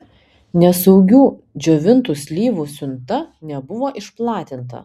nesaugių džiovintų slyvų siunta nebuvo išplatinta